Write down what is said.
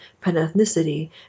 pan-ethnicity